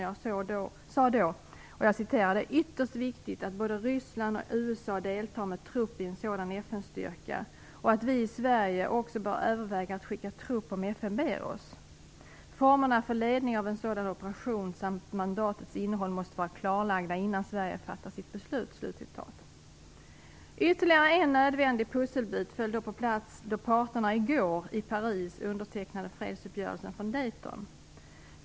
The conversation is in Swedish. Jag sade då att: "Det är ytterst viktigt att både USA och Ryssland deltar med trupp i en sådan FN-styrka och att vi i Sverige också bör överväga att skicka trupp om FN ber oss att göra det. Formerna för ledningen av en sådan operation samt mandatets innehåll måste vara klarlagda innan Sverige fattar sitt beslut." Ytterligare en nödvändig pusselbit föll på plats då parterna i Paris i går undertecknade fredsuppgörelsen från Dayton.